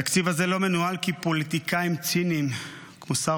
התקציב הזה לא מנוהל כי פוליטיקאים ציניים כמו שר